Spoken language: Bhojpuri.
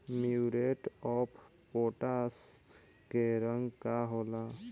म्यूरेट ऑफपोटाश के रंग का होला?